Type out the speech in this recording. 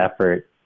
effort